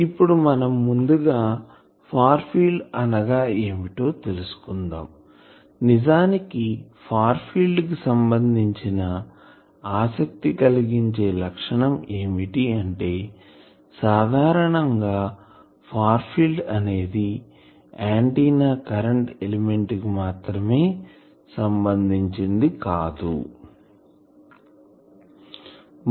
ఇప్పుడు మనం ముందుగా ఫార్ ఫీల్డ్ అనగా ఏమిటో తెలుసుకుందాం నిజానికి ఫార్ ఫీల్డ్ కి సంబంధించి ఆసక్తి కలిగించే లక్షణం ఏమిటంటే సాధారణం గా ఫార్ ఫీల్డ్ అనేది ఆంటిన్నా కరెంటు ఎలిమెంట్ కి మాత్రమే సంబంధించింది కాదు